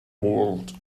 world